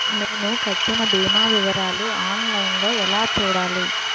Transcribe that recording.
నేను కట్టిన భీమా వివరాలు ఆన్ లైన్ లో ఎలా చూడాలి?